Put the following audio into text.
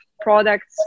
products